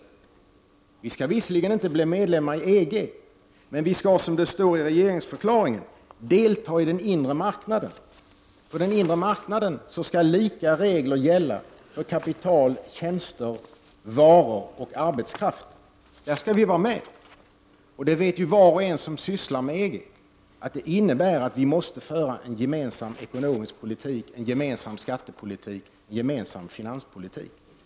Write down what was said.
Sverige skall visserligen inte bli medlem i EG = OCh partiledardebatt men skall, som det står i regeringsförklaringen, delta i den inre marknaden. På den inre marknaden skall lika regler gälla för kapital, tjänster, varor och arbetskraft. Där skall vi vara med. Var och en som sysslar med EG-frågorna vet att det innebär att vi måste föra en gemensam ekonomisk politik, en gemensam skattepolitik och en gemensam finanspolitik.